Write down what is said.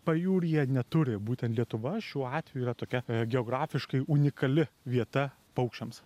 pajūryje neturi būtent lietuva šiuo atveju yra tokia geografiškai unikali vieta paukščiams